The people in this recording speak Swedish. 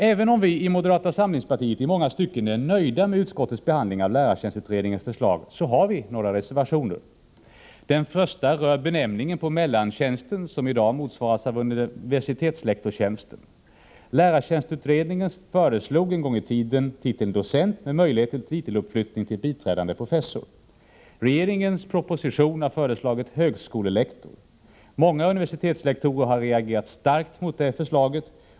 Även om vi i moderata samlingspartiet i många stycken är nöjda med utskottets behandling av lärartjänstutredningens förslag, har vi några reservationer. Den första rör benämningen på mellantjänsten, som i dag motsvaras av universitetslektorstjänsten. Lärartjänstutredningen föreslog en gång i tiden titeln docent, med möjlighet till titeluppflyttning till biträdande professor. I regeringens proposition har man föreslagit högskolelektor. Många universitetslektorer har reagerat starkt mot det förslaget.